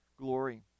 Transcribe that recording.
glory